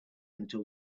until